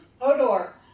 Odor